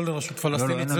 לא לרשות פלסטינית,